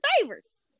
favors